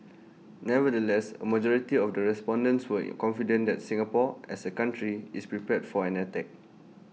nevertheless A majority of the respondents were confident that Singapore as A country is prepared for an attack